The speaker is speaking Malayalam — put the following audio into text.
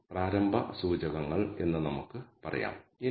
അതിനാൽ നക്ഷത്രം സൂചിപ്പിക്കുന്നത് അതാണ്